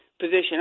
position